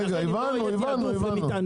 זה לא יעזור.